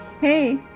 hey